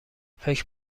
فکر